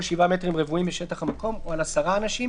7 מטרים רבועים משטח המקום או על 10 אנשים,